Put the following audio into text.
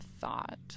thought